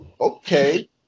okay